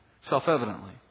self-evidently